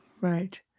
right